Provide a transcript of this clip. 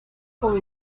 con